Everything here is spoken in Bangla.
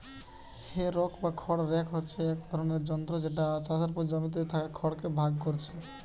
হে রেক বা খড় রেক হচ্ছে এক রকমের যন্ত্র যেটা চাষের পর জমিতে থাকা খড় কে ভাগ কোরছে